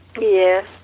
Yes